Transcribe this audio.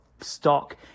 stock